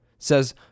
says